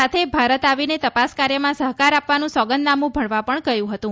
સાથે ભારત આવીને તપાસ કાર્યમાં સહકાર આપવાનું સોગંદનામું ભરવા પણ કહ્યું હતું